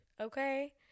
okay